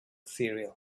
cereal